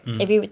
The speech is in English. mmhmm